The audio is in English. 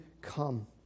come